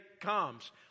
comes